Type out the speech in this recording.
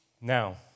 Now